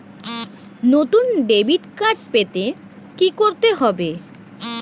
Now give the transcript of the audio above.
নতুন debit card পেতে কী করতে হবে?